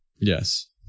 Yes